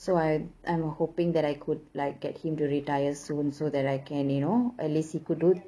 so I I'm hoping that I could like get him to retire soon so that I can you know at least he could do